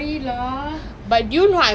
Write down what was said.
ya eh go blast only lah